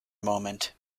moment